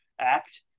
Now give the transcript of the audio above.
Act